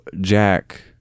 Jack